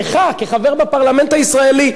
לך כחבר בפרלמנט הישראלי,